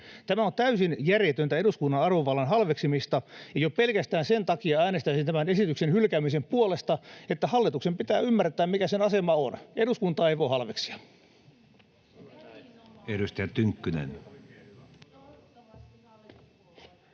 Tämä on täysin järjetöntä eduskunnan arvovallan halveksimista. Jo pelkästään sen takia äänestäisin tämän esityksen hylkäämisen puolesta, että hallituksen pitää ymmärtää, mikä sen asema on. Eduskuntaa ei voi halveksia.